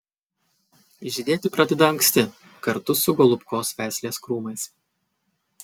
žydėti pradeda anksti kartu su golubkos veislės krūmais